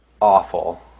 awful